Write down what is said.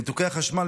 ניתוקי החשמל,